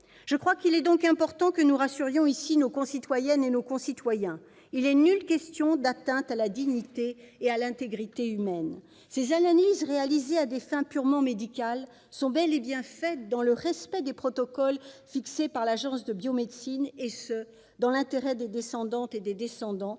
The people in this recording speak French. mois. Il est donc important que nous rassurions ici nos concitoyennes et nos concitoyens : il n'est nullement question d'atteinte à la dignité et à l'intégrité humaines. Ces analyses, réalisées à des fins purement médicales, sont bel et bien faites dans le respect des protocoles fixés par l'Agence de la biomédecine, dans l'intérêt des descendantes et des descendants,